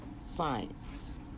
science